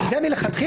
זה היה מלכתחילה,